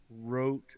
wrote